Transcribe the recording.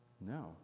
No